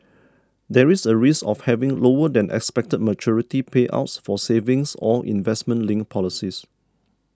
there is a risk of having lower than expected maturity payouts for savings or investment linked policies